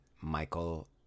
Michael